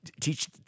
teach